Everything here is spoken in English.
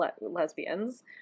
lesbians